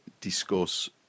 discuss